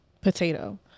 potato